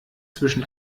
zwischen